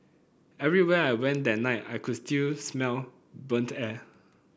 everywhere I went that night I could still smell burnt air